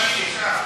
אדוני ימשיך בבקשה.